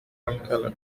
ankara